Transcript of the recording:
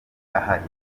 ahari